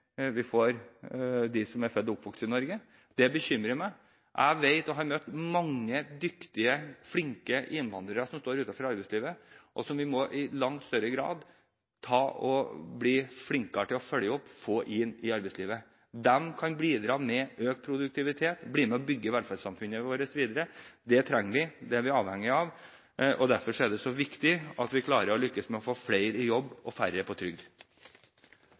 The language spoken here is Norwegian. de som er født og oppvokst i Norge. Det bekymrer meg. Jeg har møtt mange dyktige, flinke innvandrere som står utenfor arbeidslivet, og som vi i langt større grad må bli flinkere til å følge opp og få inn i arbeidslivet. De kan bidra med økt produktivitet og bli med på å bygge velferdssamfunnet vårt videre. Det trenger vi, det er vi avhengig av. Derfor er det så viktig at vi klarer å lykkes med å få flere i jobb og færre på trygd.